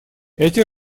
эти